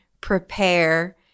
prepare